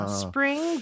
spring